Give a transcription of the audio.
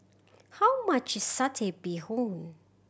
how much is Satay Bee Hoon